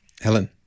Helen